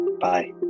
Bye